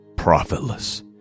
profitless